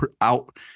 out